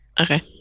Okay